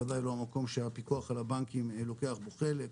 בוודאי לא המקום שהפיקוח על הבנקים לוקח בו חלק.